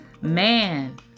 Man